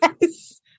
yes